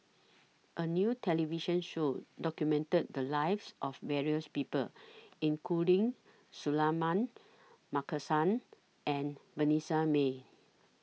A New television Show documented The Lives of various People including Suratman Markasan and Vanessa Mae